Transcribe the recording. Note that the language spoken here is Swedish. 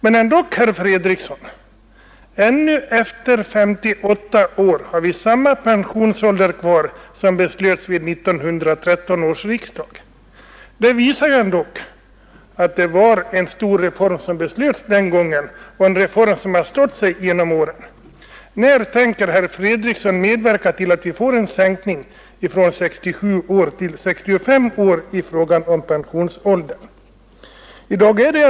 Men, herr Fredriksson, ännu 58 år senare har vi samma pensionsålder som beslöts vid 1913 års riksdag. Detta visar ändå att det var en stor reform som beslöts den gången, en reform som har stått sig genom åren. När tänker herr Fredriksson medverka till att vi får en sänkning av pensionsåldern från 67 år till 65 år?